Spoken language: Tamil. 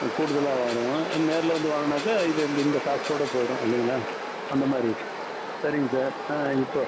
கூடுதலாக வாங்கணும் நேரில் வந்து வாங்குனாக்கால் இது இந்த இந்த காஸ்ட்டோடு போய்விடும் இல்லைங்களா அந்த மாதிரி விஷயம் சரிங்க சார் இப்போது